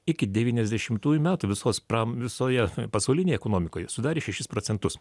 iki devyniasdešimtųjų metų visos pram visoje pasaulinėj ekonomikoj sudarė šešis procentus